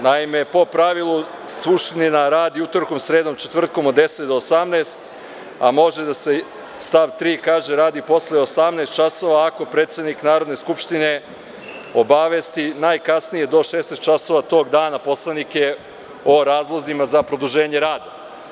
Naime, po pravilu, Skupština radi utorkom, sredom, četvrtkom od 10,00 do 18,00, stav 3. kaže radi posle 18,00 časova ako predsednik Narodne skupštine obavesti najkasnije do 16,00 časova tog dana, poslanike o razlozima za produženje rada.